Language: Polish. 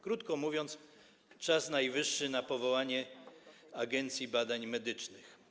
Krótko mówiąc, czas najwyższy na powołanie Agencji Badań Medycznych.